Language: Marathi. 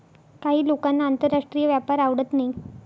काही लोकांना आंतरराष्ट्रीय व्यापार आवडत नाही